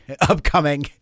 upcoming